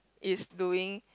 is doing